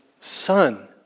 son